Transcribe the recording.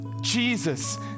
Jesus